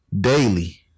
Daily